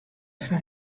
fan